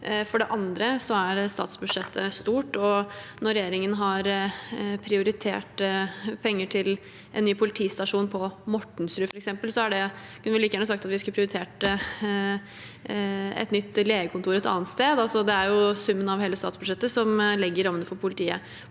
For det andre er statsbudsjettet stort, og når regjeringen har prioritert penger til en ny politistasjon på Mortensrud, f.eks., kunne vi like gjerne sagt at vi skulle ha prioritert et nytt legekontor et annet sted. Det er summen av hele statsbudsjettet som legger rammene for politiet.